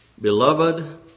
Beloved